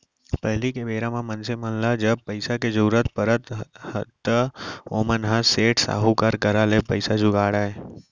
पहिली के बेरा म मनसे मन ल जब पइसा के जरुरत परय त ओमन ह सेठ, साहूकार करा ले पइसा जुगाड़य